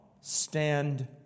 stand